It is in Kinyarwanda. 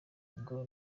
ngo